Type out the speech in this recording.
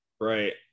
Right